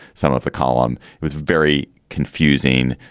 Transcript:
some of the column was very confusing